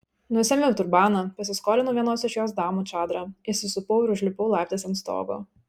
nusiėmiau turbaną pasiskolinau vienos iš jos damų čadrą įsisupau ir užlipau laiptais ant stogo